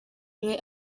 umwe